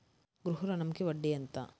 గృహ ఋణంకి వడ్డీ ఎంత?